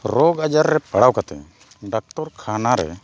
ᱨᱳᱜᱽ ᱟᱡᱟᱨ ᱨᱮ ᱯᱟᱲᱟᱣ ᱠᱟᱛᱮᱫ ᱰᱟᱠᱛᱚᱨ ᱠᱷᱟᱱᱟ ᱨᱮ